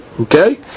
Okay